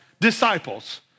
Disciples